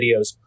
videos